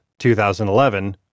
2011